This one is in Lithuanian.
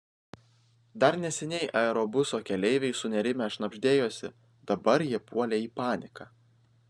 dar neseniai aerobuso keleiviai sunerimę šnabždėjosi dabar jie puolė į paniką